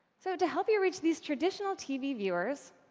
so to help you reach these traditional tv viewers,